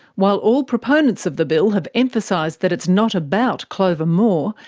while all proponents of the bill have emphasised that it's not about clover moore,